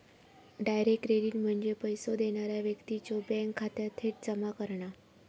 direct credit म्हणजे पैसो देणारा व्यक्तीच्यो बँक खात्यात थेट जमा करणा